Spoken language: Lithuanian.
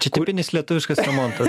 čia tipinis lietuviškas remontas